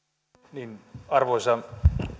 arvoisa